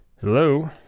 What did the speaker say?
Hello